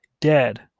dead